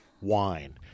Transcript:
wine